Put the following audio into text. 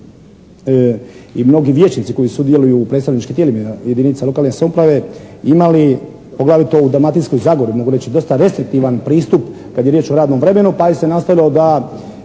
i mnogi vijećnici koji sudjeluju u predstavničkim tijelima jedinicama lokalne samouprave imali poglavito u Dalmatinskoj zagori, mogu reći dosta restriktivan pristup kad je riječ o radnom vremenu pa je se nastojalo da